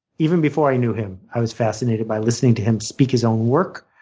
even before i knew him, i was fascinated by listening to him speak his own work.